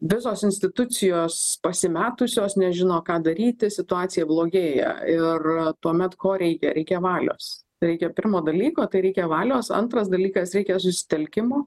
visos institucijos pasimetusios nežino ką daryti situacija blogėja ir tuomet ko reikia reikia valios reikia pirmo dalyko tai reikia valios antras dalykas reikia susitelkimo